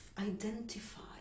identify